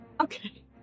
Okay